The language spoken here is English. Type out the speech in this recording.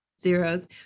zeros